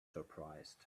surprised